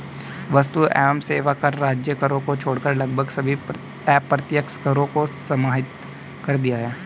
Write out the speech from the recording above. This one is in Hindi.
वस्तु एवं सेवा कर राज्य करों को छोड़कर लगभग सभी अप्रत्यक्ष करों को समाहित कर दिया है